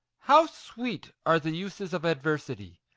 how sweet are the uses of adversity!